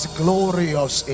glorious